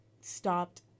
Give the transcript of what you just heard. stopped